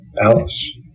Alice